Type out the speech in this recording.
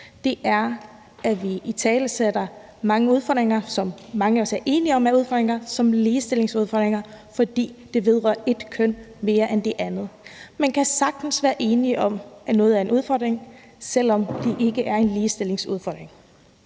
igen, er, at vi italesætter mange udfordringer, som mange af os er enige om er udfordringer, som ligestillingsudfordringer, fordi det vedrører det ene køn mere end det andet. Man kan sagtens være enige om, at noget er en udfordring, selv om det ikke er en ligestillingsudfordring.